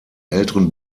älteren